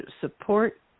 support